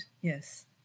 yes